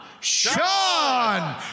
Sean